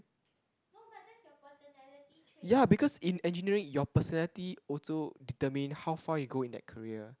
ya because in engineering your personality also determine how far you go in that career